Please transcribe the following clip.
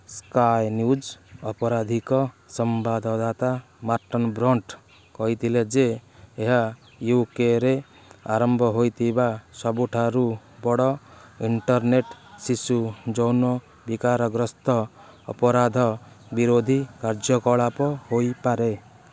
sky News ଅପରାଧିକ ସମ୍ବାଦଦାତା Martin Brunt କହିଥିଲେ ଯେ ଏହା ୟୁକେରେ ଆରମ୍ଭ ହୋଇଥିବା ସବୁଠାରୁ ବଡ଼ ଇଣ୍ଟରନେଟ୍ ଶିଶୁଯୌନ ବିକାରଗ୍ରସ୍ତ ଅପରାଧ ବିରୋଧୀ କାର୍ଯ୍ୟକଳାପ ହୋଇପାରେ